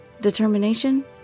Determination